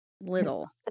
little